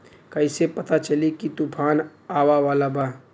कइसे पता चली की तूफान आवा वाला बा?